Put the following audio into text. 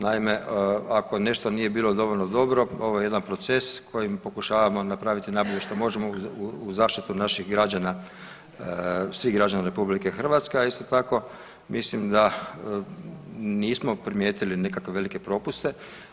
Naime, ako nešto nije bilo dovoljno dobro ovo je jedan proces kojim pokušavamo napraviti najbolje što možemo u zaštitu naših građana, svih građana Republike Hrvatske, a isto tako mislim da nismo primijetili nikakve velike propuste.